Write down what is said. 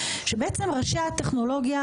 שראשי הטכנולוגיה,